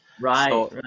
Right